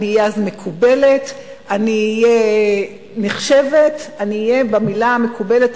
אני אהיה אז מקובלת,